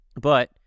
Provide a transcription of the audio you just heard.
but-